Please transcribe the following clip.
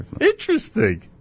Interesting